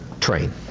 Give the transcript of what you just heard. train